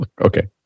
Okay